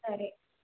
సరే